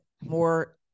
more